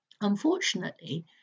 Unfortunately